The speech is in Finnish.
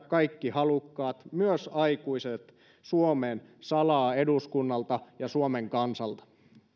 kaikki halukkaat myös aikuiset suomeen salaa eduskunnalta ja suomen kansalta